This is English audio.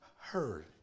heard